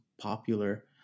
popular